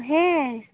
ᱦᱮᱸ